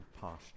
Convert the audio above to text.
posture